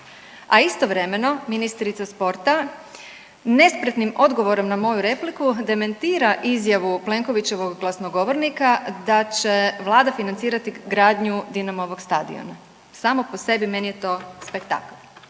a istovremeno ministrica sporta nespretnim odgovorom na moju repliku dementira izjavu Plenkovićevog glasnogovornika da će vlada financirati gradnju Dinamovog stadiona, samo po sebi meni je to spektakl,